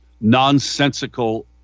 nonsensical